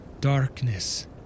Darkness